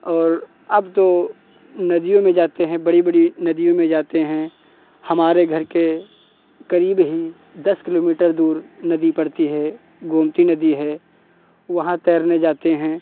और अब तो नदियों में जाते हैं बड़ी बड़ी नदियों में जाते हैं हमारे घर के करीब ही दस किलोमीटर दूर नदी पड़ती है गोमती नदी है वहाँ तैरने जाते हैं